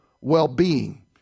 well-being